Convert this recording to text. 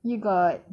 you got